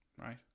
right